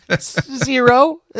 Zero